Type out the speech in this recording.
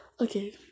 Okay